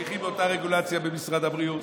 ממשיכים באותה רגולציה במשרד הבריאות,